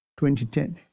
2010